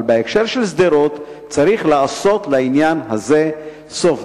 אבל בהקשר של שדרות צריך לעשות לעניין הזה סוף.